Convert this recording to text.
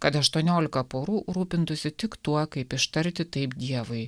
kad aštuoniolika porų rūpintųsi tik tuo kaip ištarti taip dievui